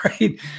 Right